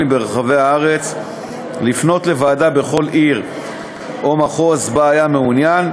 ברחבי הארץ לפנות לוועדה בכל עיר או מחוז שבהם היה מעוניין,